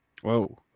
Whoa